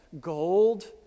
gold